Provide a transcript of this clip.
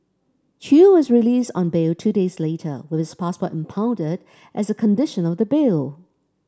chew was released on bail two days later with passport impounded as a condition of the bail